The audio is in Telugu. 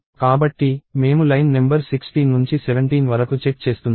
కాబట్టి మేము లైన్ నెంబర్ 16 నుంచి 17 వరకు చెక్ చేస్తున్నాము